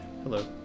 Hello